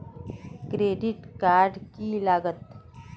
Credit card की लागत?